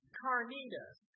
carnitas